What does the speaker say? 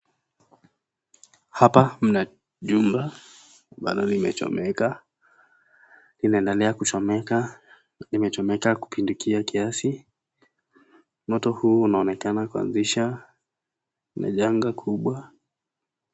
Hapa mna nyumba ambalo limechomeka, inaendelea kuchomeka, imechomeka kupindukia kiasi. Moto huu unaonekana kuazisha, ni janga kubwa.